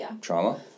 trauma